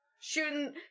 Shooting